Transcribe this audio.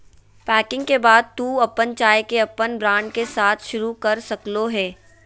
packing के बाद तू अपन चाय के अपन ब्रांड के साथ शुरू कर सक्ल्हो हें